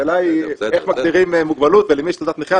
השאלה היא איך מגדירים מוגבלות ולמי יש תעודת נכה,